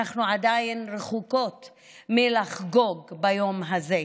אנחנו עדיין רחוקות מלחגוג ביום הזה,